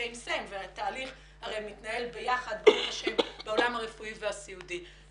התהליך הרי מתנהל ביחד בעולם הרפואי והסיעודי.